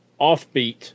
offbeat